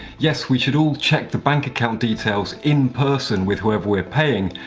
yes, we should all check the bank account details in person with whoever we're paying.